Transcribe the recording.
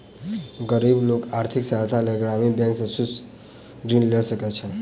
गरीब लोक आर्थिक सहायताक लेल ग्रामीण बैंक सॅ सूक्ष्म ऋण लय सकै छै